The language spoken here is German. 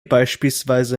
beispielsweise